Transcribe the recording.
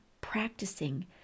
practicing